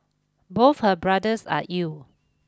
both her brothers are ill